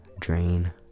drain